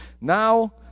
Now